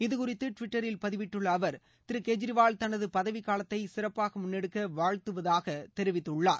இதுகுறித்து டுவிட்டரில் பதிவிட்டுள்ள அவர் திரு கெஜ்ரிவால் தனது பதவி காலத்தை சிறப்பாக முன்எடுக்க வாழ்த்துவதாக தெரிவித்துள்ளார்